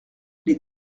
les